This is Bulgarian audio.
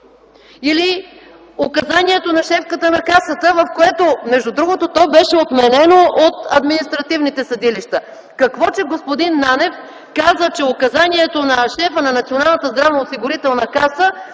Или указанието на шефката на Касата? То, между другото, беше отменено от административните съдилища. Какво като господин Нанев каза, че указанието на шефа на Националната здравноосигурителна каса